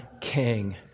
king